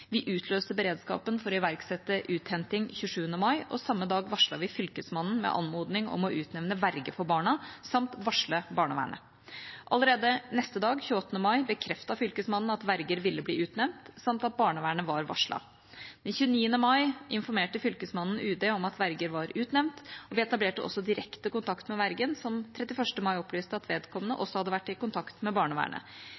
Vi utløste beredskapen for å iverksette uthenting 27. mai, og samme dag varslet vi fylkesmannen med anmodning om å utnevne verge for barna samt varsle barnevernet. Allerede neste dag, den 28. mai, bekreftet fylkesmannen at verge ville bli utnevnt, samt at barnevernet var varslet. Den 29. mai informerte fylkesmannen UD om at verge var utnevnt, og de etablerte også direkte kontakt med vergen, som 31. mai opplyste at vedkommende